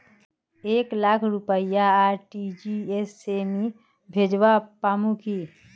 एक लाख रुपया आर.टी.जी.एस से मी भेजवा पामु की